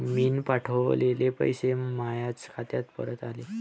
मीन पावठवलेले पैसे मायाच खात्यात परत आले